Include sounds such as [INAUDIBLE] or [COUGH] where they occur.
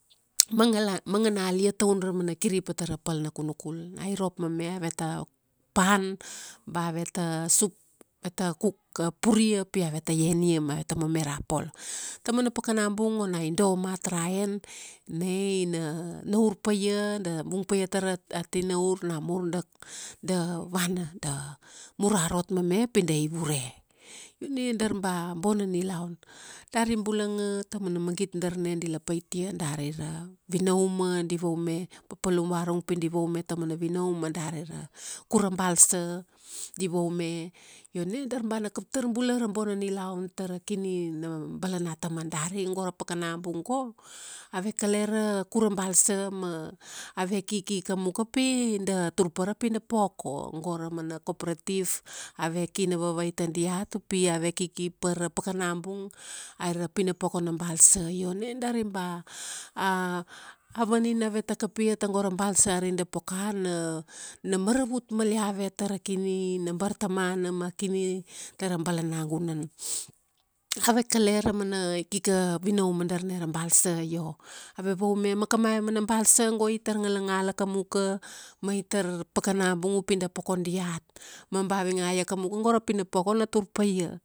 mangana lia vaken rauman managan kiripa tara pal ma kunukul. Na irop mame, aveta pan ba aveta sup, aveta cook, a puria pi aveta ian ia ma aveta mome ra polo. Tamana pakana bung ona i do mat ra en, na ina naur paia da vung paia tara, a tinaur namur da, da vana da mur ra rot mame pi da ivure. Na dar ba bona nilaun. Dari bulanga ta mana magit darna dila pait ia, dari ra, vinauma, di vaume, papalum varurung pi di vaume tamana vinauma dari ra kura balsa, di vaume. Io na dar ba na kaptar bula ra bona nilaun tara kini na balana`taman. Dari go ra pakana bung go, ave kale ra, kura balsa ma, ave kiki kamuka pi, da tur pa tra pinapoko. Go ra mana coporative, ave ki navavai tadiat upi ave kikipa ra pakana bung, aira pinopoko na balsa. Io na dari ba, [HESITATION] ava nina aveta kap ia tago ra balsa ari da poka na, na maravut mal avet tara kini na bartamana ma kini, tara balanagunan. Ave kale ra mana ikika vinauma darna ra balsa, io, ave vaume mamkamave mana balsa go itar ngalangala kamuak ma itar pakana bung upi da poko diat. Ma ba vingaia kamuka go ra pinapoko na tur pa ia..